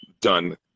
done